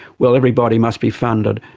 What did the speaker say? well, everybody must be funded.